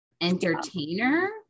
entertainer